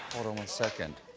hold on one second